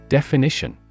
Definition